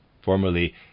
Formerly